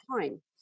time